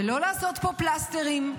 ולא לעשות פה פלסטרים,